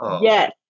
Yes